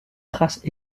trace